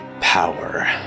power